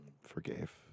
forgave